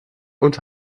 und